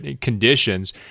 conditions